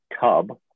tub